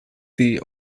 die